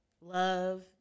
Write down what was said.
love